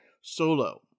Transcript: Solo